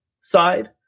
side